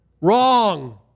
wrong